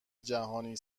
جهانی